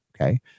okay